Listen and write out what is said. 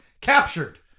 captured